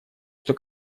что